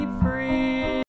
free